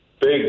big